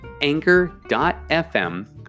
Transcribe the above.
anchor.fm